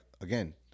again